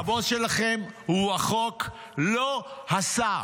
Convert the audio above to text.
-- הבוס שלכם הוא החוק, לא השר.